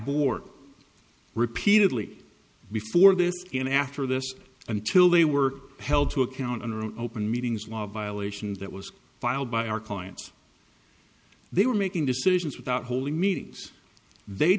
board repeatedly before this came after this until they were held to account under open meetings law violations that was filed by our clients they were making decisions without holding meetings they